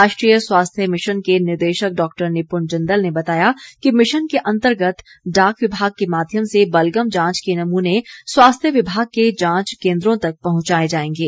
राष्ट्रीय स्वास्थ्य मिशन के निदेशक डॉक्टर निप्रण जिंदल ने बताया कि मिशन के अंतर्गत डाक विभाग के माध्यम से बलगम जांच के नमूने स्वास्थ्य विभाग के जांच केंद्रों तक पहुंचाए जाएंगे